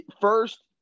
first